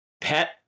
pet